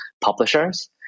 publishers